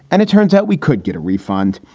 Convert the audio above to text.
and it turns out we could get a refund.